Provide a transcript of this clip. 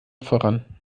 voran